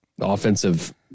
offensive